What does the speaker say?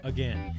Again